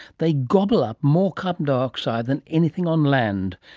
they gobble up more carbon dioxide than anything on land,